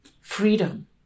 Freedom